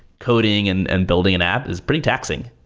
coding and and building an app is pretty taxing.